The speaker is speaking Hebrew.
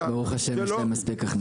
ברוך השם, יש להם מספיק הכנסות.